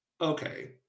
okay